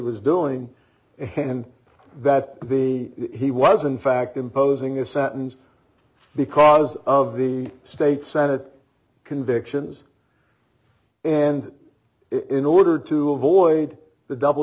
was doing and that the he was in fact imposing a satins because of the state senate convictions and in order to avoid the double